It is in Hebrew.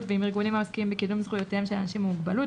ועם ארגונים העוסקים בקידום זכויותיהם של אנשים עם מוגבלות,